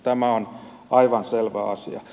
tämä on aivan selvä asia